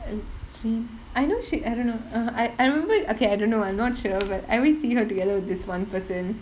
lik~ she I know she I don't know err I I remember okay I don't know ah I'm not sure but I always see her together with this one person